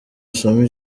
usome